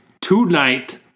tonight